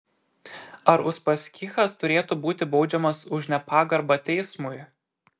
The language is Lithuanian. ar uspaskichas turėtų būti baudžiamas už nepagarbą teismui